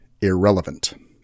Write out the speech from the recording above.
irrelevant